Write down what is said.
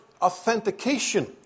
authentication